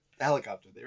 Helicopter